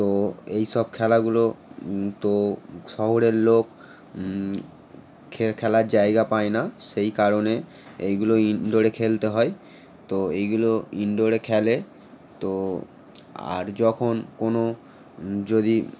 তো এইসব খেলাগুলো তো শহরের লোক খে খেলার জায়গা পায় না সেই কারণে এইগুলো ইন্ডোরে খেলতে হয় তো এইগুলো ইন্ডোরে খেলে তো আর যখন কোনো যদি